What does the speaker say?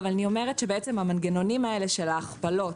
אבל אני אומרת שהמנגנונים האלה של ההכפלות,